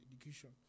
education